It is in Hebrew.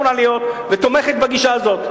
יושבת בממשלה ותומכת בגישה הזאת.